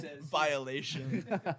Violation